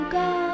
go